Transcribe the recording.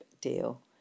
deal